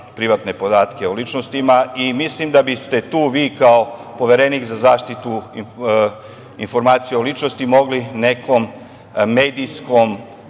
privatne podatke o ličnosti. Mislim da biste tu vi kao Poverenik za zaštitu informacija o ličnosti mogli nekom medijskom